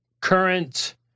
current